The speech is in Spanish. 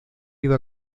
ido